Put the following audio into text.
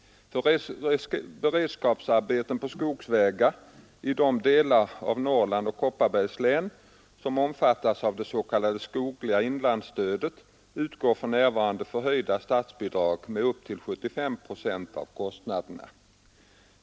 För beredskapsarbeten på skogsvägar i de delar av Norrland och Kopparbergs län som omfattas av det s.k. skogliga inlandsstödet utgår för närvarande förhöjda statsbidrag med upp till 75 procent av kostnaderna.